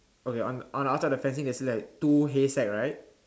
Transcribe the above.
okay on on outside the fencing there's two hay sack right